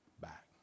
back